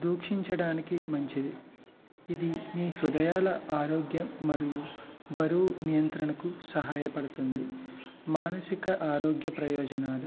దూక్షించడానికి మంచిది ఇది మీ హృదయాల ఆరోగ్యం మరియు బరువు నియంత్రణకు సహాయపడుతుంది మానసిక ఆరోగ్య ప్రయోజనాలు